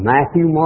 Matthew